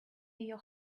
your